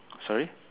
sorry